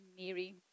Mary